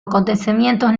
acontecimientos